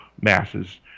masses